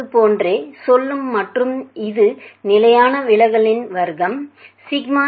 இது போன்றே சொல்லும் மற்றும் இது நிலையான விலகலின் வர்க்கம் σx2